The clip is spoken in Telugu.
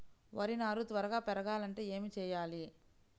వరి నారు త్వరగా పెరగాలంటే ఏమి చెయ్యాలి?